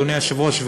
אדוני היושב-ראש,